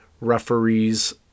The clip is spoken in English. referees